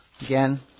again